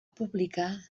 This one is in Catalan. publicar